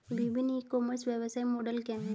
विभिन्न e commerce व्यवसाय model क्या हैं?